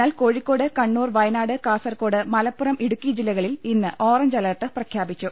എന്നാൽ കോഴിക്കോട് കണ്ണൂർ വയനാട് കാസർകോട് മലപ്പുറം ഇടുക്കി ജില്ലകളിൽ ഇന്ന് ഓറഞ്ച് അലർട്ട് പ്രഖ്യാപിച്ചു